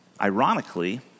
ironically